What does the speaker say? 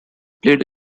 played